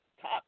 top